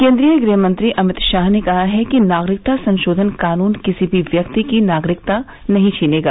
केन्द्रीय गृहमंत्री अमित शाह ने कहा है कि नागरिकता संशोधन कानून किसी भी व्यक्ति की नागरिकता नहीं छीनेगा